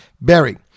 Berry